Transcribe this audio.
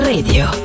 Radio